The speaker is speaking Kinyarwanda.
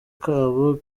kabo